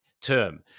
term